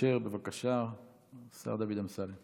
הובא לידיעתי